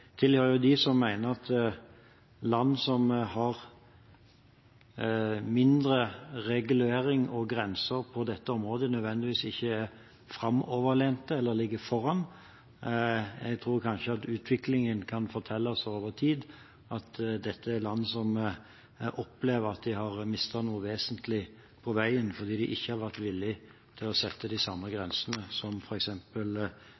grenser på dette området, ikke nødvendigvis er framoverlent eller ligger foran. Jeg tror kanskje at utviklingen kan fortelle oss over tid at dette er land som opplever at de har mistet noe vesentlig på veien fordi de ikke har vært villige til å sette de samme